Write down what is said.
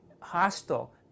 hostile